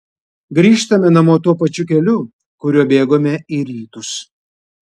grįžtame namo tuo pačiu keliu kuriuo bėgome į rytus